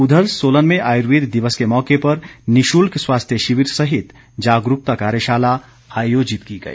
उधर सोलन में आयुर्वेद दिवस के मौके पर निशुल्क स्वास्थ्य शिविर सहित जागरूकता कार्यशाला आयोजित की गई